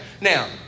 Now